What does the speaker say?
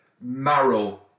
marrow